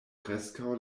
preskaŭ